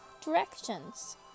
Directions